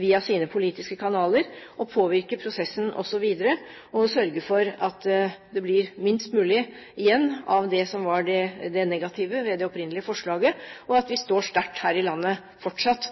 via sine politiske kanaler, å påvirke prosessen også videre og sørge for at det blir minst mulig igjen av det som var det negative ved det opprinnelige forslaget, slik at vi fortsatt står sterkt her i landet